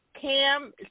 Cam